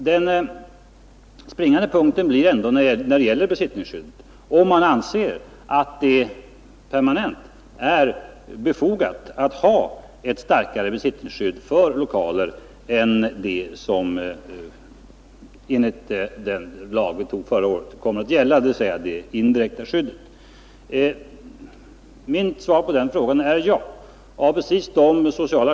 Den springande punkten blir ändå huruvida det är befogat att ha ett starkare besittningsskydd för lokaler än det som enligt den lag vi antog förra året kommer att gälla, dvs. det indirekta skyddet. Mitt svar på den frågan är ja.